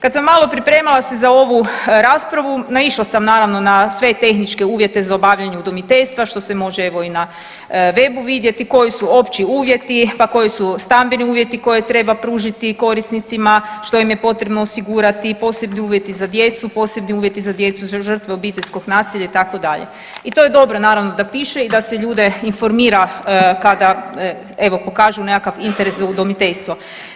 Kad sam malo pripremala se za ovu raspravu naišla sam naravno na sve tehničke uvjete za obavljanje udomiteljstva što se može evo i na webu vidjeti koji su opći uvjeti, pa koji su stambeni uvjeti koje treba pružiti korisnicima, što im je potrebno osigurati, posebni uvjeti za djecu, posebni uvjeti za djecu žrtve obiteljskog nasilja itd. i to je dobro naravno da piše i da se ljude informira kada evo pokažu nekakav interes za udomiteljstvo.